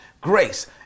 grace